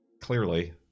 clearly